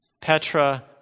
Petra